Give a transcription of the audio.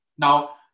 Now